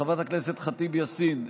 חברת הכנסת ח'טיב יאסין,